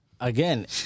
again